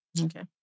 Okay